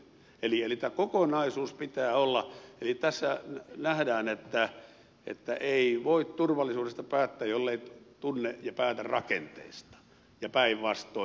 eli tämä kokonaisuus pitää olla eli tässä nähdään että ei voi turvallisuudesta päättää jollei tunne ja päätä rakenteista ja päinvastoin